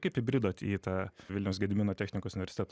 kaip įbridote į tą vilniaus gedimino technikos universitetą